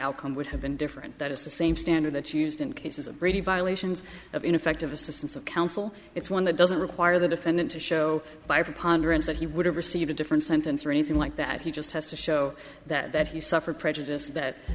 outcome would have been different that is the same standard that you used in cases of brady violations of ineffective assistance of counsel it's one that doesn't require the defendant to show by preponderance that he would have received a different sentence or anything like that he just has to show that he suffered prejudice that